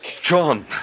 John